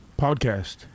Podcast